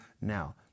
now